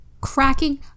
cracking